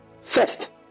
First